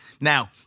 Now